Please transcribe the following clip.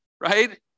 right